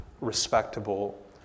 respectable